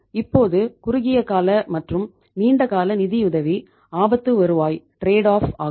இப்போது குறுகிய கால மற்றும் நீண்ட கால நிதியுதவி ஆபத்து வருவாய் ட்ரேட் ஆப் ஆகும்